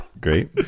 Great